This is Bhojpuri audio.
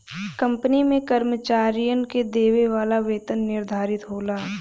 कंपनी में कर्मचारियन के देवे वाला वेतन निर्धारित होला